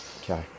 Okay